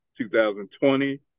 2020